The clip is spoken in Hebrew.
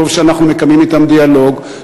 טוב שאנחנו מקיימים אתם דיאלוג,